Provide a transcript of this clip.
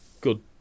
good